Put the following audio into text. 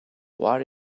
what